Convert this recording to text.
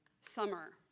summer